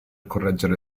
correggere